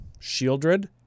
Shieldred